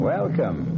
Welcome